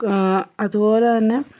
അതുപോലെ തന്നെ